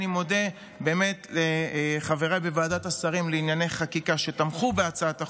אני מודה לחבריי בוועדת השרים לענייני חקיקה שתמכו בהצעת החוק,